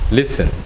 listen